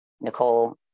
Nicole